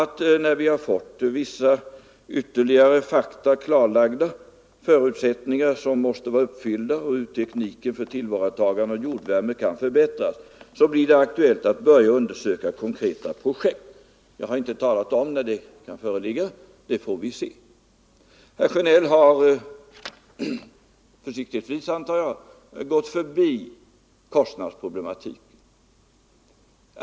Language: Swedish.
När vi har fått vissa ytterligare fakta klarlagda, vilka förutsättningar som måste vara uppfyllda och hur tekniken för tillvaratagande av jordvärme kan förbättras, blir det aktuellt att börja undersöka konkreta projekt. Jag har inte talat om när den situationen kan föreligga, utan det får vi se. Herr Sjönell har försiktigtvis, antar jag, gått förbi kostnadsproblematiken.